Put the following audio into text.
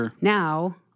Now-